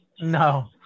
no